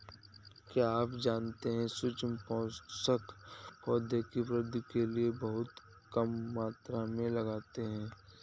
क्या आप जानते है सूक्ष्म पोषक, पौधों की वृद्धि के लिये बहुत कम मात्रा में लगते हैं?